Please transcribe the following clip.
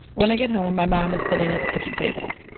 when i get home, my mom is sitting at the kitchen table.